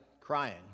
crying